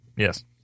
Yes